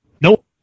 Nope